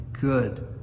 good